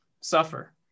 suffer